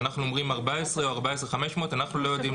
כשאנחנו אומרים 14,000 או 14,500 אנחנו לא יודעים